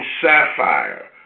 sapphire